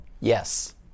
Yes